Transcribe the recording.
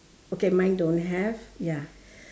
okay mine don't have ya